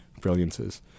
brilliances